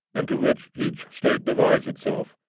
into which each state divides itself,